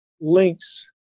links